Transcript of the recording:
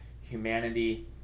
humanity